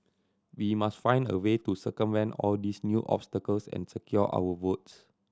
we must find a way to circumvent all these new obstacles and secure our votes